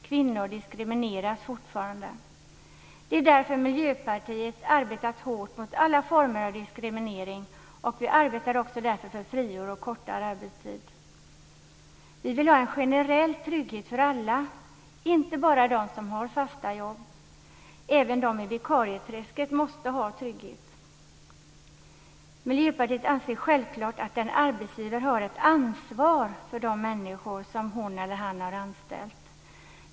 Kvinnor diskrimineras fortfarande. Det är därför Miljöpartiet har arbetat hårt mot alla former av diskriminering. Vi arbetar också för friår och kortare arbetstid. Vi vill ha en generell trygghet för alla, inte bara de som har fasta jobb. Även de i vikarieträsket måste ha trygghet. Miljöpartiet anser självklart att en arbetsgivare har ett ansvar för människor som hon eller han har anställt.